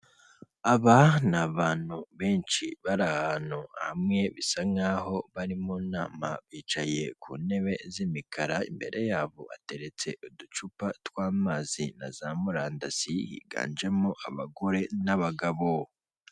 Aba ni abantu benshi bari ahantu hamwe, bisa nk'aho bari mu nama, bicaye ku ntebe z'imikara, imbere yabo hateretse uducupa tw'amazi na za murandasi, higanjemo abagore n'abagabo.